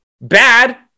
Bad